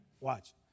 watch